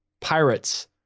pirates